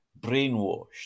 Brainwashed